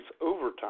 overtime